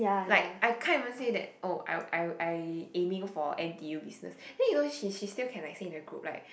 like I can't even say that oh I I I aiming for n_t_u business then you know she she still can say in the group like